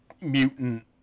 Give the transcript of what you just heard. mutant